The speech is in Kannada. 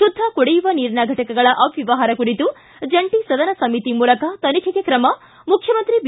ಶುದ್ದ ಕುಡಿಯುವ ನೀರಿನ ಘಟಕಗಳ ಅವ್ಣವಹಾರ ಕುರಿತು ಜಂಟ ಸದನ ಸಮಿತಿ ಮೂಲಕ ತನಿಖೆಗೆ ಕ್ರಮ ಮುಖ್ಯಮಂತ್ರಿ ಬಿ